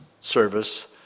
service